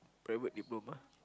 private diploma